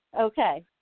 okay